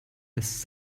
this